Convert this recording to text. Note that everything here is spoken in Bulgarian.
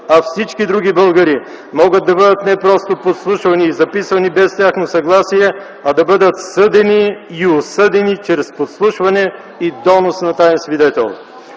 а всички други българи могат да бъдат не просто подслушвани и записвани без тяхно съгласие, а да бъдат съдени и осъдени чрез подслушване и донос на таен свидетел.